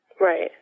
Right